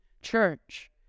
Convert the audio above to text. church